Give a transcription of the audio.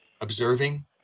observing